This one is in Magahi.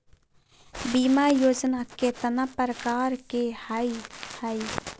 बीमा योजना केतना प्रकार के हई हई?